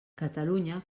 catalunya